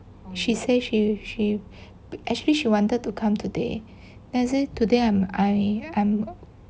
she say she she actually she wanted to come today then I said today I am I